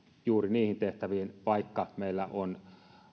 juuri niihin tehtäviin vaikka meillä on